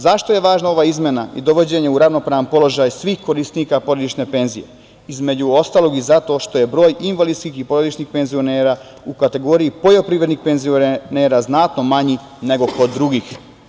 Zašto je važna ova izmena i dovođenje u ravnopravan položaj svih korisnika porodične penzije, između ostalog i zato što je broj invalidskih i porodičnih penzionera u kategoriji poljoprivrednih penzionera znatno manji nego kod drugih.